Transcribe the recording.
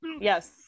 Yes